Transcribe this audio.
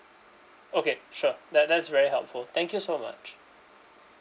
okay sure that that's very helpful thank you so much